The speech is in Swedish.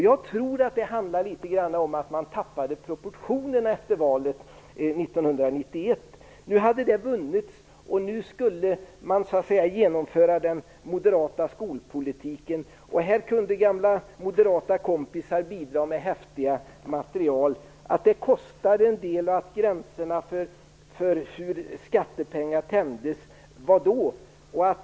Jag tror att det litet grand handlar om att man tappade proportionerna efter valet 1991. Nu hade det vunnits, och nu skulle man genomföra den moderata skolpolitiken. Här kunde gamla moderata kompisar bidra med häftigt material. Att det kostade en del och att gränserna för skattepengar tänjdes - ja, vadå?